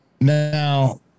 Now